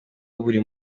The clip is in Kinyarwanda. buri